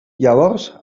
llavors